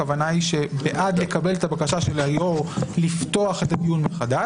הכוונה היא בעד לקבל את הבקשה של היו"ר לפתוח את הדיון מחדש.